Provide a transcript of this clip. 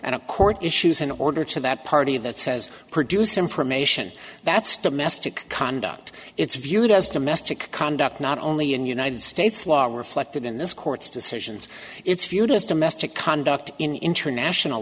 a court issues in order to that party that says produce information that's domestic conduct it's viewed as domestic conduct not only in united states law are reflected in this court's decisions it's viewed as domestic conduct in international